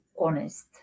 honest